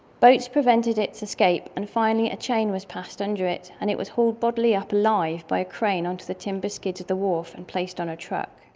boats prevented its escape and finally a chain was passed under it and it was hauled bodily up alive by a crane onto the timber skids of the wharf and placed on a truck.